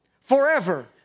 Forever